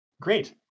Great